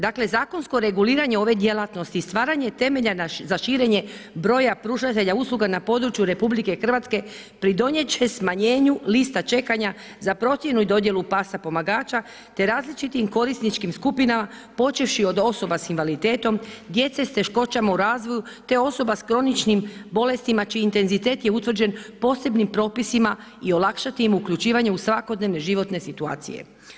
Dakle, zakonski reguliranje ove djelatnosti i stvaranje temelja za širenje broja pružatelja usluga na području RH pridonijet će smanjenju lista čekanja za procjenu i dodjelu pasa pomagača te različitim korisničkim skupinama počevši od osoba sa invaliditetom, djece s teškoćama u razvoju te osoba s kroničnim bolestima čiji intenzitet je utvrđen posebnim propisima i olakšati im uključivanje u svakodnevne životne situacije.